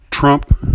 Trump